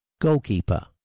goalkeeper